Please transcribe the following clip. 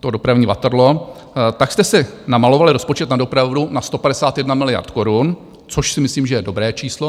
to dopravní Waterloo, tak jste si namalovali rozpočet na dopravu na 151 miliard korun, což si myslím, že je dobré číslo.